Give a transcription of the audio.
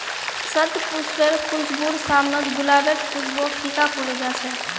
शतपुष्पेर खुशबूर साम न गुलाबेर खुशबूओ फीका पोरे जा छ